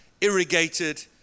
irrigated